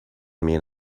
mean